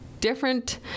different